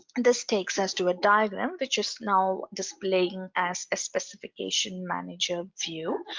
and this takes us to a diagram which is now displaying as a specification manager view.